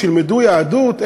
כשילמדו יהדות,